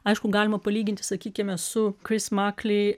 aišku galima palyginti sakykime su kris makli